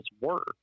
work